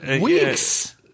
weeks